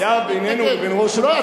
לא,